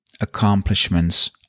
accomplishments